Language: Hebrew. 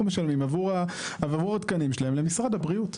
משלמים עבור התקנים שלהם למשרד הבריאות.